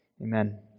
Amen